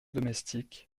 domestique